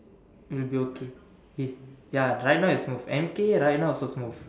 it will be okay ya right now is with M_K right now also smooth